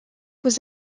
was